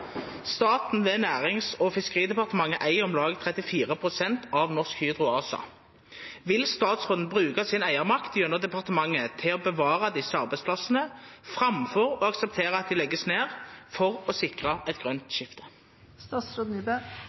Staten, ved Nærings- og fiskeridepartementet, eier om lag 34 pst. av Norsk Hydro ASA. Vil statsråden bruke sin eiermakt gjennom departementet til å bevare disse arbeidsplassene fremfor å akseptere at de legges ned, for å sikre et rettferdig grønt